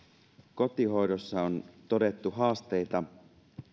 kotihoidossa on todettu haasteita